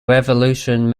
revolution